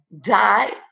die